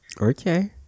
okay